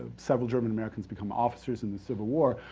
ah several german americans become officers in the civil war.